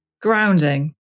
grounding